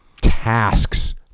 tasks